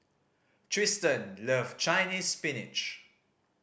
Trystan love Chinese Spinach